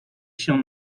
się